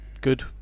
good